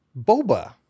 Boba